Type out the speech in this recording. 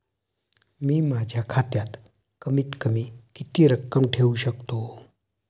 मी माझ्या खात्यात कमीत कमी किती रक्कम ठेऊ शकतो?